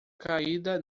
caída